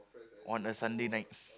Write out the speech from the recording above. on a Sunday night